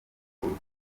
urupfu